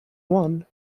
one